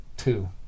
Two